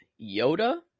Yoda